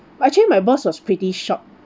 actually my boss was pretty shocked